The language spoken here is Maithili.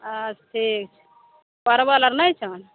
हँ अथी परबल आर नहि छनि